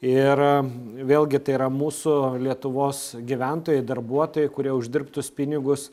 ir vėlgi tai yra mūsų lietuvos gyventojai darbuotojai kurie uždirbtus pinigus